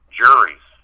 juries